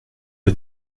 loi